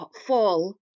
fall